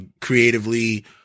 creatively